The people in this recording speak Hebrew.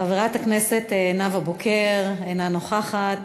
חברת הכנסת נאוה בוקר, אינה נוכחת.